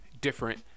different